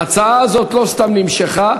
ההצעה הזאת לא סתם נמשכה,